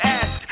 ask